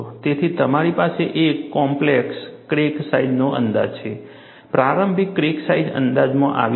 તેથી તમારી પાસે એક કોમ્પ્લેક્સ ક્રેક સાઇઝનો અંદાજ છે પ્રારંભિક ક્રેક સાઇઝ અંદાજવામાં આવી છે